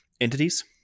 entities